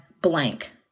blank